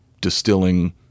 distilling